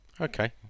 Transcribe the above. Okay